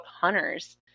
hunters